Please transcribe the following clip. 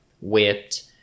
whipped